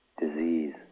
disease